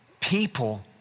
people